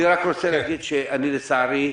לצערי,